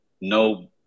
No